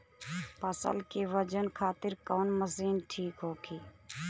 फसल के वजन खातिर कवन मशीन ठीक होखि?